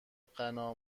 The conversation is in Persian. غنا